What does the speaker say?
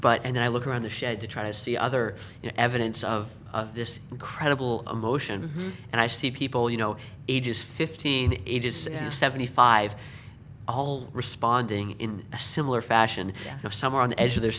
but and i look around the shed to try to see other evidence of this incredible emotion and i see people you know ages fifteen ages and seventy five all responding in a similar fashion of some on the edge of their